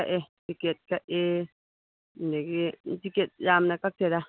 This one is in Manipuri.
ꯀꯛꯑꯦ ꯇꯤꯀꯦꯠ ꯀꯛꯑꯦ ꯑꯗꯨꯗꯒꯤ ꯇꯤꯀꯦꯠ ꯌꯥꯝꯅ ꯀꯛꯇꯦꯗ